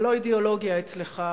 זה לא אידיאולוגיה אצלך.